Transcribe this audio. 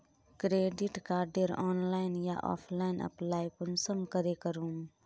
Credit कार्डेर online या offline apply कुंसम करे करूम?